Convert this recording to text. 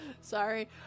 sorry